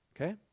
okay